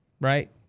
Right